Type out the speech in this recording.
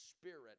spirit